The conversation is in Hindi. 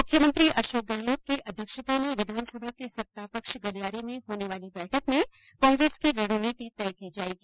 मुख्यमंत्री अशोक गहलोत की अध्यक्षता में विधानसभा के सत्तापक्ष गलियारे में होने वाली बैठक में कांग्रेस की रणनीति तय की जायेगी